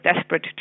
desperate